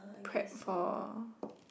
prep for